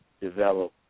develop